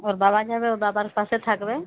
ওর বাবা যাবে ওর বাবার পাশে থাকবে